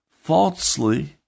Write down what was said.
falsely